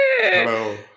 Hello